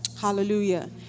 Hallelujah